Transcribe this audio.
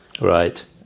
Right